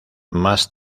más